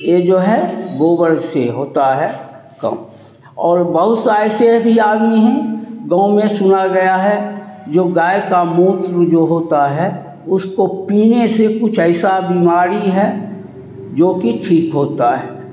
यह जो है गोबर से होता है कम और बहुत सा ऐसे भी आदमी हैं गाँव में सुना गया है जो गाय का मूत्र जो होती है उसको पीने से कुछ ऐसी बीमारी है जोकि ठीक होती है